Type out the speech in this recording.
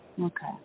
Okay